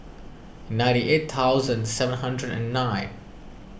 ninety eight thousand seven hundred and nine